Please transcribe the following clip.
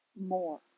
more